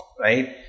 right